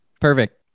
Perfect